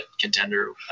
contender